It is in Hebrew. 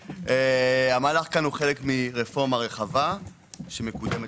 המהלך פה הוא חלק מרפורמה רחבה שמקודמת